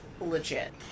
legit